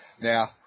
Now